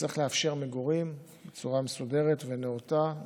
צריך לאפשר מגורים בצורה מסודרת ונאותה.